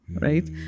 Right